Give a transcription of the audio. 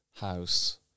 house